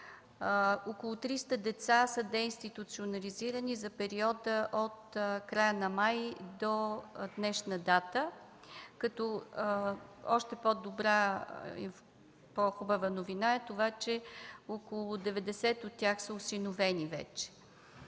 Около 300 деца са деинституционализирани за периода от края на май до днешна дата, като още по-добра, по-хубава новина е това, че около 90 от тях вече са осиновени.